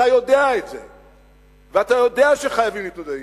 אתה יודע את זה, ואתה יודע שחייבים להתמודד אתן.